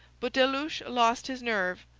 but delouche lost his nerve,